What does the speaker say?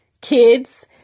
kids